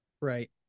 Right